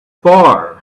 far